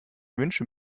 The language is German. wünsche